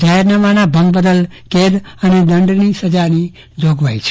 જાહેરનામાના ભંગ બદલ કેદ અને દંડની સજાની જોગવાઈ છે